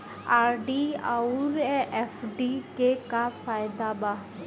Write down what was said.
RD आउर FD के का फायदा बा?